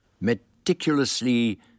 Meticulously